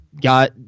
got